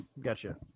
Gotcha